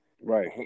Right